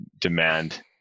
demand